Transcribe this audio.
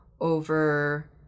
over